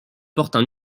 portent